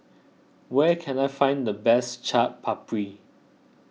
where can I find the best Chaat Papri